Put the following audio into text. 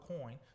coin